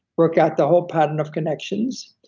work out the whole pattern of connections,